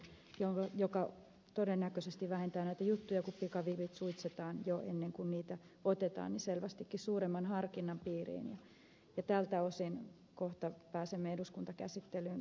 laxell meille on tulossa lainsäädäntö joka todennäköisesti vähentää näitä juttuja kun pikavipit suitsitaan jo ennen kuin niitä otetaan selvästikin suuremman harkinnan piiriin ja tältä osin kohta pääsemme eduskuntakäsittelyyn asiassa